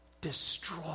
destroy